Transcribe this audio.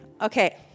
Okay